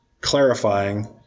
clarifying